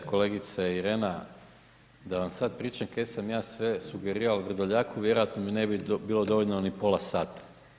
Čujte, kolegice Irena, da vam sad pričam kaj sam ja sve sugeriral Vrdoljaku, vjerojatno mi ne bi bilo dovoljno ni pola sata.